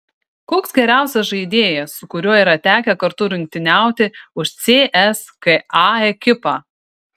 koks geriausias žaidėjas su kuriuo yra tekę kartu rungtyniauti už cska ekipą